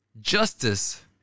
Justice